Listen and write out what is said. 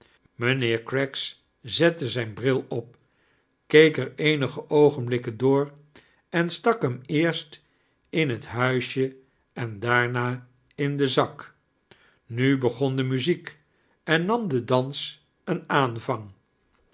mynheer craggs zette zijn bril op keek er eenige oogenblikken door em stak hem eerst in het huisje en daarna in den zak nu begon de muziek en nam de dans een aanvang